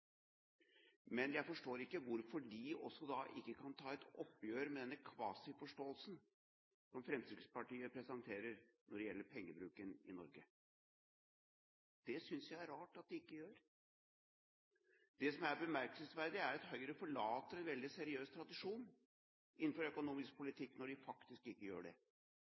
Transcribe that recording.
men jeg forstår ikke hvorfor de da ikke kan ta et oppgjør med den kvasiforståelsen som Fremskrittspartiet presenterer når det gjelder pengebruken i Norge. Det synes jeg er rart at de ikke gjør. Det som er bemerkelsesverdig, er at Høyre forlater en veldig seriøs tradisjon innenfor økonomisk politikk, når de faktisk ikke gjør det.